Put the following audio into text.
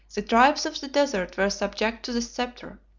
the tribes of the desert were subject to the sceptre,